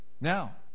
Now